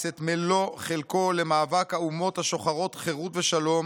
את מלוא חלקו למאבק האומות השוחרות חירות ושלום